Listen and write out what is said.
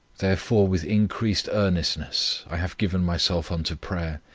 therefore with increased earnestness i have given myself unto prayer,